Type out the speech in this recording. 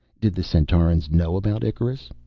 did the centaurans know about icarus?